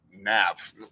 Nav